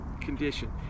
Condition